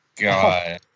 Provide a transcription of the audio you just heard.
God